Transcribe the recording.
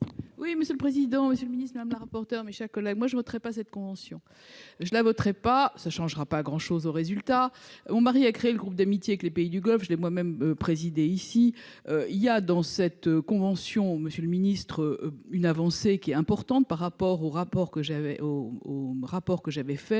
Oui, monsieur le président, Monsieur le Ministre Madame la rapporteure, mes chers collègues, moi je voterai pas cette convention, je la voterai pas ça changera pas grand chose au résultat on Marie a créé le groupe d'amitié avec les pays du Golfe, j'ai moi-même présidé ici il y a dans cette convention, monsieur le ministre, une avancée qui est importante par rapport au rapport que j'avais au